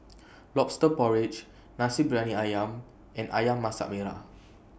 Lobster Porridge Nasi Briyani Ayam and Ayam Masak Merah